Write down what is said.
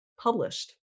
published